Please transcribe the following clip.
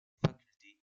facultés